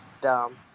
dumb